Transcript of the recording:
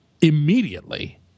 immediately